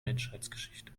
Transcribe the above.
menschheitsgeschichte